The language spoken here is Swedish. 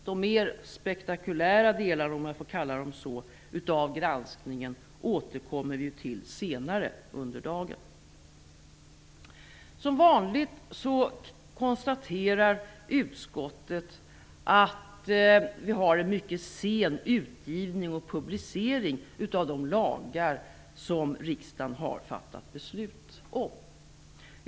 De mer spektakulära delarna av granskningen - om jag får kalla det så - återkommer vi till senare under dagen. Som vanligt konstaterar utskottet att vi har en mycket sen utgivning och publicering av de lagar som riksdagen har fattat beslut om.